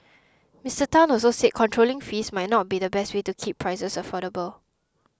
Mister Tan also said controlling fees might not be the best way to keep prices affordable